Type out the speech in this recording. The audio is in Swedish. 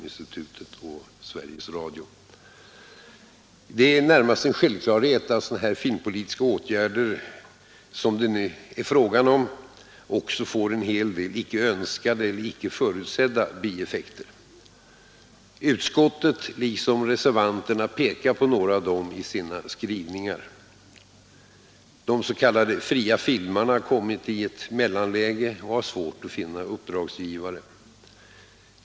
Det är närmast en självklarhet att sådana filmpolitiska åtgärder som det här är fråga om också får en del icke önskade eller icke förutsedda bieffekter. Utskottet liksom reservanterna pekar på några av dem i sina skrivningar. De s.k. fria filmarna har kommit i ett mellanläge och har svårt att finna uppdragsgivare.